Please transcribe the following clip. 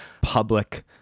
public